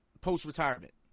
post-retirement